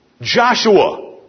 Joshua